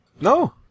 No